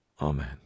amen